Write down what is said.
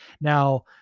Now